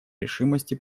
решимости